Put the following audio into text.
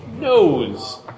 knows